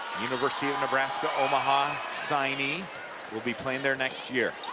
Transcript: university of nebraska-omaha signee, will be playing there next year.